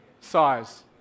size